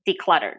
decluttered